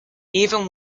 even